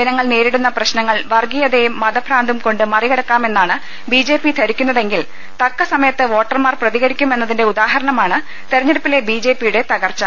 ജന്നങ്ങൾ നേരിടുന്ന പ്രശ്ന ങ്ങൾ വർഗീയതയും മതഭ്രാന്തും കൊണ്ട് മറികടക്കാമെന്നാണ് ബിജെപി ധരിക്കുന്നതെങ്കിൽ തക്ക സമയത്ത് വോട്ടർമാർ പ്രതിക രിക്കുമെന്നതിന്റെ ഉദാഹരണമാണ് തെരഞ്ഞെടുപ്പിലെ ബിജെപി യുടെ തകർച്ചു